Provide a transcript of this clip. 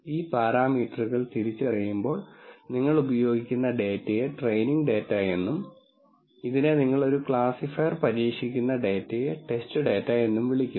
ഈ പാരാമീറ്ററുകൾ തിരിച്ചറിയുമ്പോൾ നിങ്ങൾ ഉപയോഗിക്കുന്ന ഡാറ്റയെ ട്രെയിനിങ് ഡാറ്റ എന്നും ഇതിനെ നിങ്ങൾ ഒരു ക്ലാസിഫയർ പരീക്ഷിക്കുന്ന ഡേറ്റയെ ടെസ്റ്റ് ഡാറ്റ എന്നും വിളിക്കുന്നു